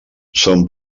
són